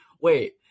wait